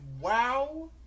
WoW